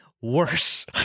worse